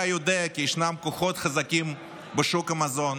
אתה יודע כי יש כוחות חזקים בשוק המזון